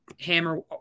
hammer